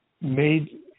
made